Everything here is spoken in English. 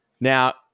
Now